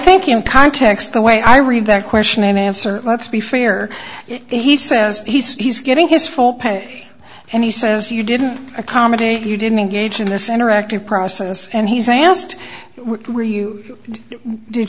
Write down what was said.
think in context the way i read that question and answer let's be fair he says he's getting his full pay and he says you didn't accommodate you didn't engage in this interactive process and he's asked where you did